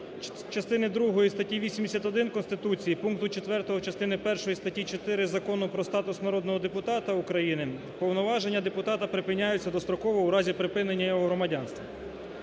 частини другої статті 81 Конституції, пункту 4 частини першої статті 4 Закону "Про статус народного депутата України" повноваження депутата припиняються достроково в разі припинення його громадянства.